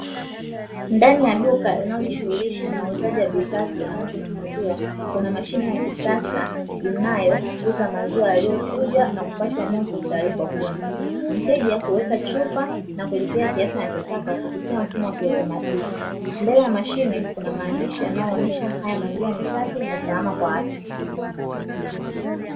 Ndani ya duka linalojihusisha na uuzaji wa bidhaa zitokanazo na maziwa, kuna mashine ya kisasa inayo uza maziwa yaliyochujwa na kupashwa moto tayari kwa kunywa. Mteja huweka chupa na kulipia kiasi anachotaka kupitia mfumo wa kiotomatiki. Mbele ya mashine kuna maandishi yanayoonyesha haya maziwa ni safi na salama kwa afya.